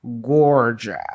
gorgeous